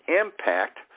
impact